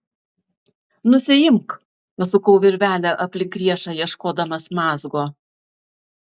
nusiimk pasukau virvelę aplink riešą ieškodamas mazgo